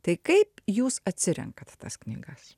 tai kaip jūs atsirenkate tas knygas